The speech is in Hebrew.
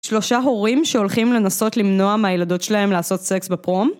שלושה הורים שהולכים לנסות למנוע מהילדות שלהם לעשות סקס בפרום